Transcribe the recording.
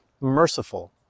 merciful